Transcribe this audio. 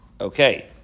Okay